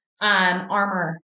armor